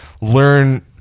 learn